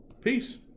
Peace